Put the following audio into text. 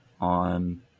on